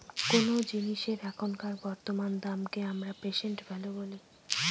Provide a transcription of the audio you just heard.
কোনো জিনিসের এখনকার বর্তমান দামকে আমরা প্রেসেন্ট ভ্যালু বলি